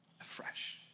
afresh